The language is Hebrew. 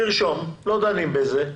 לרשום, לא דנים בזה.